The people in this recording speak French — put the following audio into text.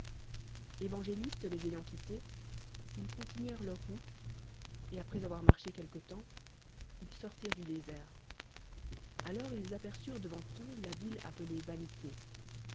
évangéliote les ayant quittés ils continuèrent leurroute et après avoir mallché quelque temps ils sortirent du déaert alors ils epercinrent devant t eux la ville appelée vanlé